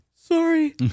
Sorry